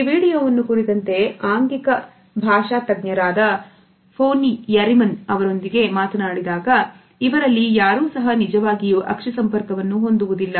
ಈ ವಿಡಿಯೋವನ್ನು ಕುರಿತಂತೆ ಆಂಗಿಕ ಆಶಾ ತಜ್ಞರಾದ ಫೋನ್ ಯರಿಮನ್ ಅವರೊಂದಿಗೆ ಮಾತನಾಡಿದಾಗ ಇವರಲ್ಲಿ ಯಾರೂ ಸಹ ನಿಜವಾಗಿಯೂ ಅಕ್ಷಿ ಸಂಪರ್ಕವನ್ನು ಹೊಂದುವುದಿಲ್ಲ